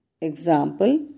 Example